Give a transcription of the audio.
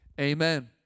Amen